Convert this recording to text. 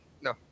No